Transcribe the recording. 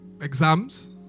exams